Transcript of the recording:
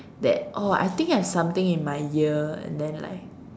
that oh I think I've something in my ear and then like